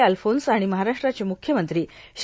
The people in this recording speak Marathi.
अल्फोन्स आणि महाराष्ट्राचे म्ख्यमंत्री श्री